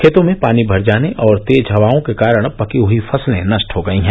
खेतों में पानी भर जाने और तेज हवाओं के कारण पकी हुई फसलें नष्ट हो गई हैं